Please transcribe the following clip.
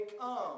come